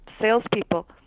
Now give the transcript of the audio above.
salespeople